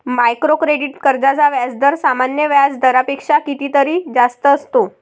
micro credit कर्जांचा व्याजदर सामान्य व्याज दरापेक्षा कितीतरी जास्त असतो